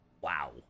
Wow